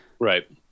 Right